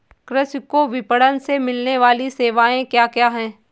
कृषि को विपणन से मिलने वाली सेवाएँ क्या क्या है